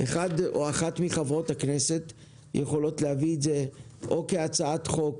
אחד או אחת מחברי הכנסת יכולים להביא את זה או כהצעת חוק